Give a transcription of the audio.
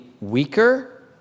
weaker